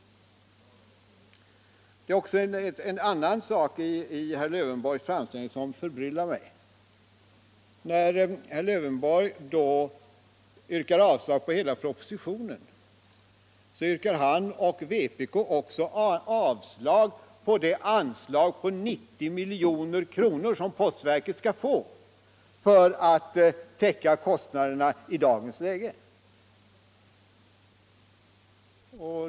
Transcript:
Det var också en annan sak i herr Lövenborgs anförande som förbryllade mig. När herr Lövenborg yrkade avslag på propositionen yrkade han och vpk också avslag på det anslag av 90 milj.kr. som postverket skall få för att täcka kostnaderna i dagens läge.